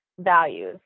Values